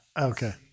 Okay